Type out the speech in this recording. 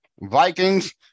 Vikings